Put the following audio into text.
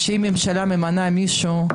לפיה אם ממשלה ממנה מישהו,